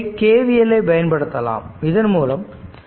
இங்கே KVL ஐ பயன்படுத்தலாம் இதன்மூலம் v v 1 v 2